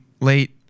late